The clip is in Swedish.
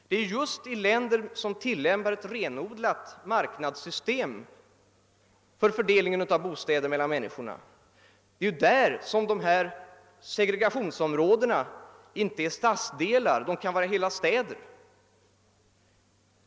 Det är just i länder som tillämpar ett renodlat marknadssystem för fördelningen av bostäder mellan människorna som segregationsområdena inte består av stadsdelar utan ibland av hela städer.